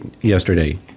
yesterday